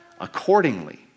accordingly